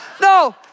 No